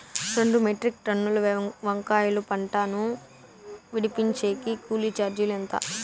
రెండు మెట్రిక్ టన్నుల వంకాయల పంట ను విడిపించేకి కూలీ చార్జీలు ఎంత?